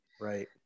right